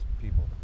people